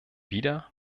wieder